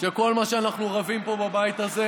שכל מה שאנחנו רבים עליו פה בבית הזה